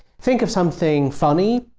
think of something funny,